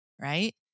Right